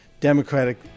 Democratic